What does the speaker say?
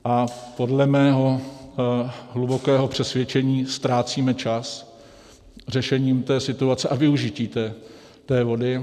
A podle mého hlubokého přesvědčení ztrácíme čas řešením té situace a využití té vody.